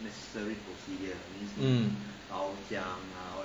mm